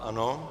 Ano.